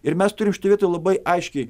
ir mes turim šitoj vietoj labai aiškiai